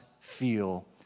feel